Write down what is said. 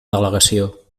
delegació